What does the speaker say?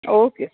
okay sir